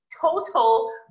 total